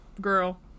girl